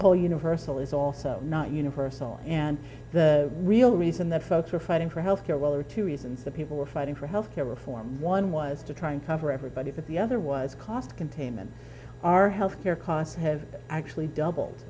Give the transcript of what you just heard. call universal is also not universal and the real reason that folks are fighting for health care well are two reasons that people are fighting for healthcare reform one was to try and cover everybody but the other was cost containment our health care costs have actually double